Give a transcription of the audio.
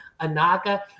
anaga